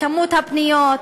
מספר הפניות,